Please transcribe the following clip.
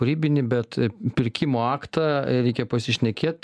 kūrybinį bet pirkimo aktą reikia pasišnekėt